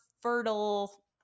fertile